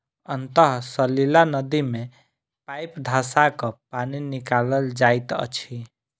अंतः सलीला नदी मे पाइप धँसा क पानि निकालल जाइत अछि